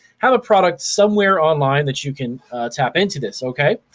have a product somewhere online that you can tap into this, okay?